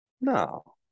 No